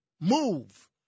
move